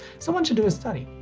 someone should do a study.